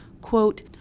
quote